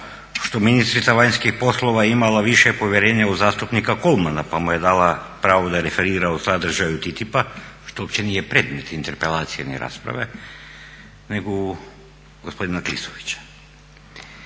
što ministrica vanjskih poslova je imala više povjerenja u zastupnika Kolmana pa mu je dala pravo da referira o sadržaju TTIP-a što uopće nije predmet interpelacije ni rasprave, nego u gospodina Klisovića.